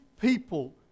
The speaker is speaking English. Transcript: people